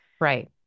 Right